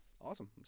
awesome